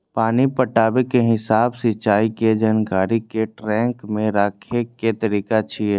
पानि पटाबै के हिसाब सिंचाइ के जानकारी कें ट्रैक मे राखै के तरीका छियै